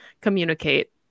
communicate